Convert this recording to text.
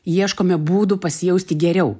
ieškome būdų pasijausti geriau